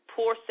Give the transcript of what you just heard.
Poor